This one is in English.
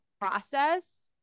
process